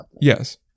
Yes